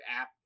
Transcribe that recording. app